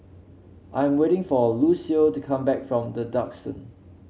I'm waiting for Lucio to come back from The Duxton